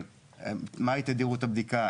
אבל לא נאמר מהי תדירות הבדיקה,